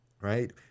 Right